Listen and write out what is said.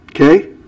Okay